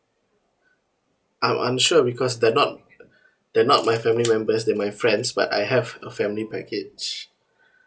I'm I'm sure because they're not they're not my family members they're my friends but I have a family package